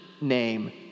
name